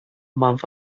month